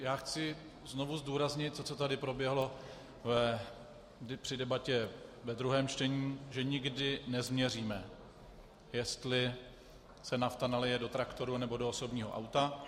Já chci znovu zdůraznit to, co tady proběhlo při debatě ve druhém čtení, že nikdy nezměříme, jestli se nafta nalije do traktoru, nebo do osobního auta.